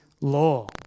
law